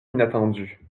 inattendu